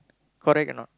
correct or not